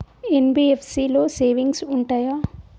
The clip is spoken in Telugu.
ఎన్.బి.ఎఫ్.సి లో సేవింగ్స్ ఉంటయా?